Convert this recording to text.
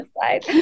side